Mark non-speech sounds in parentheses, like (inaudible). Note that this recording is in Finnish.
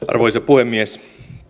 (unintelligible) arvoisa puhemies